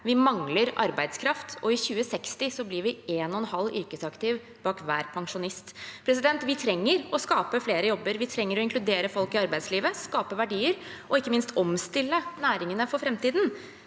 Vi mangler arbeidskraft, og i 2060 blir det en og en halv yrkesaktiv bak hver pensjonist. Vi trenger å skape flere jobber, vi trenger å inkludere folk i arbeidslivet, skape verdier og ikke minst omstille næringene for framtiden,